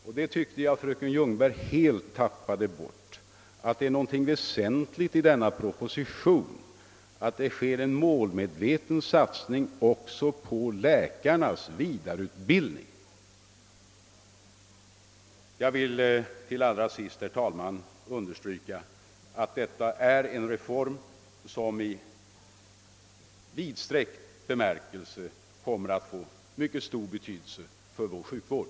Jag tycker att fröken Ljungberg helt tappade bort att det är något väsentligt i denna proposition, att det sker en målmedveten satsning också på läkarnas vidareutbildning. Jag vill allra sist, herr talman, understryka att detta är en reform som i vidsträckt bemärkelse kommer att få mycket stor betydelse för vår sjukvård.